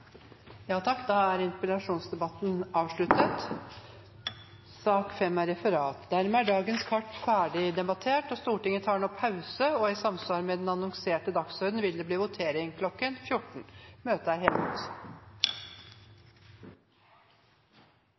Da er interpellasjonsdebatten avsluttet. Dermed er dagens kart ferdigdebattert. Stortinget tar nå pause, og i samsvar med den annonserte dagsordenen vil det bli votering kl. 14. Stortinget er